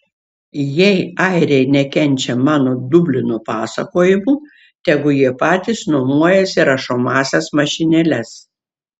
jei airiai nekenčia mano dublino pasakojimų tegu jie patys nuomojasi rašomąsias mašinėles